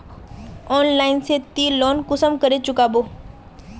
Online से ती loan कुंसम करे चुकाबो?